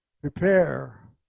Prepare